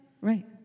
Right